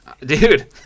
dude